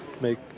make